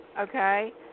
Okay